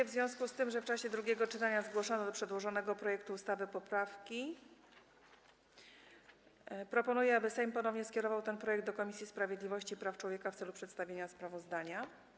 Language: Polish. W związku z tym, że w czasie drugiego czytania zgłoszono do przedłożonego projektu ustawy poprawki, proponuję, aby Sejm ponownie skierował ten projekt do Komisji Sprawiedliwości i Praw Człowieka w celu przedstawienia sprawozdania.